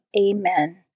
Amen